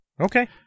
okay